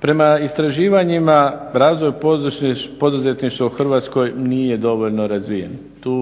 Prema istraživanjima razvoj poduzetništva u Hrvatskoj nije dovoljno razvijen, tu